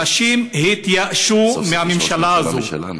אנשים התייאשו מהממשלה הזאת.